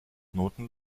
noten